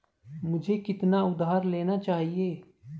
मुझे कितना उधार लेना चाहिए?